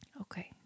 Okay